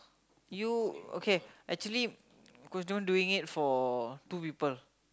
you okay actually who's the one doing it for two people